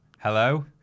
Hello